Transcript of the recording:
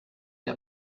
der